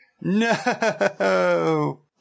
No